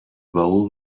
bowl